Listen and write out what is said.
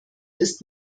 ist